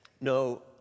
no